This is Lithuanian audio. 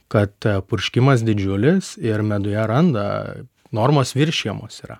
kad purškimas didžiulis ir meduje randa normos viršijamos yra